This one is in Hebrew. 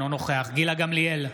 אינו נוכח גילה גמליאל,